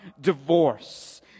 divorce